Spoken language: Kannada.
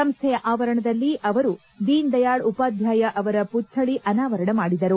ಸಂಸ್ಥೆಯ ಆವರಣದಲ್ಲಿ ಅವರು ದೀನ್ ದಯಾಳ್ ಉಪಾಧ್ಗಾಯ ಅವರ ಪುತ್ವಳಿ ಅನಾವರಣ ಮಾಡಿದರು